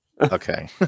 Okay